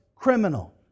criminal